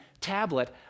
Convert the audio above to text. tablet